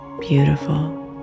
beautiful